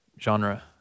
genre